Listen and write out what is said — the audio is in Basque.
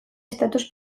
estatus